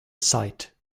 sight